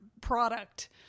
product